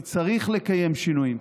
כי צריך לקיים שינויים,